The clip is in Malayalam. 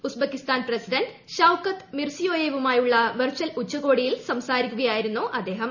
ഉസ്ബെക്കിസ്ഥാൻ പ്രസിഡന്റ് ഷൌക്കത് മിർസിയോയെവുമായുള്ള വെർചൽ ഉച്ചകോടി യിൽ സംസാരിക്കുകയായിരുന്നു അദ്ദേഹം